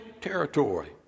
territory